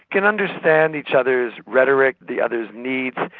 can understand each other's rhetoric, the other's needs.